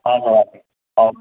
हजुर